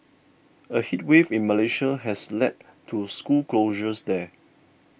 a heat wave in Malaysia has led to school closures there